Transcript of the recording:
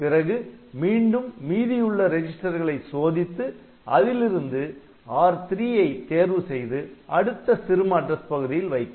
பிறகு மீண்டும் மீதியுள்ள ரெஜிஸ்டர் களை சோதித்து அதிலிருந்து R3 ஐ தேர்வு செய்து அடுத்த சிறும அட்ரஸ் பகுதியில் வைக்கும்